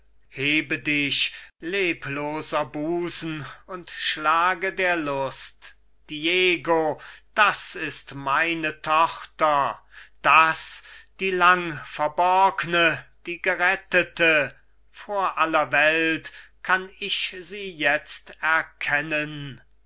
hebe dich lebloser busen und schlage der lust diego das ist meine tochter das die langverborgne die gerettete vor aller welt kann ich sie jetzt erkennen